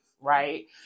right